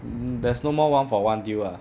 hmm there's no more one for one deal ah